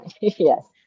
Yes